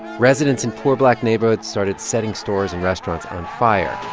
residents in poor black neighborhoods started setting stores and restaurants on fire